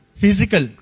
physical